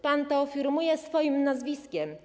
Pan to firmuje swoich nazwiskiem.